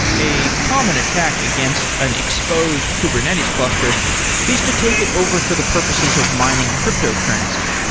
a common attack against an exposed kubernetes cluster is to take it over for the purposes of mining cryptocurrency.